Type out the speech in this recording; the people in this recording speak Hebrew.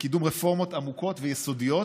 לקידום רפורמות עמוקות ויסודיות.